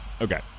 Okay